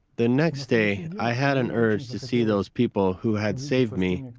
the next day, i had an urge to see those people who had saved me.